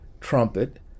trumpet